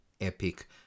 epic